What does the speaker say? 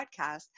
podcast